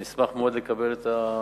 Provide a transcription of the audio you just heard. אני אשמח מאוד לקבל את הפניות,